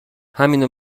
همینو